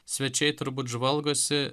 svečiai turbūt žvalgosi